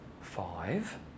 five